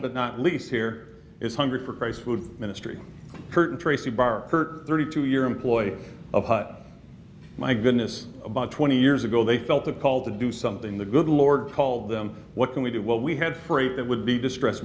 but not least here is hungry for price food ministry curtain tracy barker thirty two year employee of my goodness about twenty years ago they felt a call to do something the good lord called them what can we do what we had free that would be distress